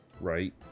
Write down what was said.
Right